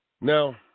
Now